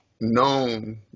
known